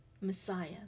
messiah